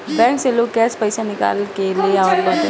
bank से लोग cash पईसा निकाल के ले आवत बाटे